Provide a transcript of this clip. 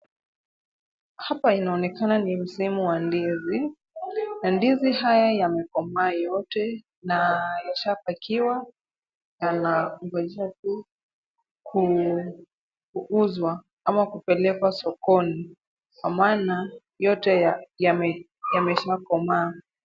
Hapa inaonekana ni msimu wa ndizi. Mandizi haya yamekomaa yote na yashapakiwa yanangojea tu kuuzwa ama kupelekwa sokoni, kwa maana yote yameshakomaa.